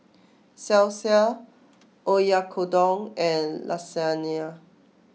Salsa Oyakodon and Lasagna